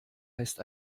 heißt